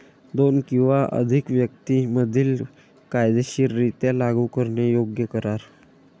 दोन किंवा अधिक व्यक्तीं मधील कायदेशीररित्या लागू करण्यायोग्य करार